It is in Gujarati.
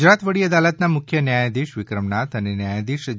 ગુજરાત વડી અદાલતના મુખ્ય ન્યાયધીશ વિક્રમ નાથ અને ન્યાયધીશ જે